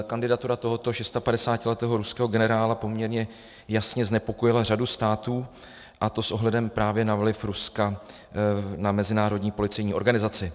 Kandidatura tohoto 56letého ruského generála poměrně jasně znepokojila řadu států, a to s ohledem právě na vliv Ruska na mezinárodní policejní organizaci.